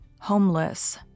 homeless